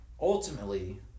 Ultimately